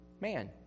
Man